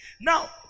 Now